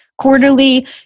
quarterly